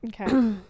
Okay